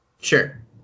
Sure